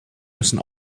müssen